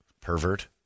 Pervert